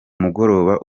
mugoroba